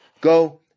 Go